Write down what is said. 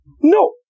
No